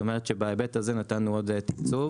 כלומר בהיבט הזה נתנו עוד תקצוב.